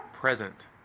present